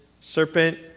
serpent